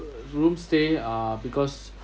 room stay uh because